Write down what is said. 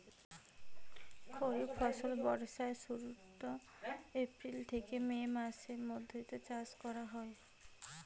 খরিফ ফসল বর্ষার শুরুত, এপ্রিল থেকে মে মাসের মৈধ্যত চাষ করা হই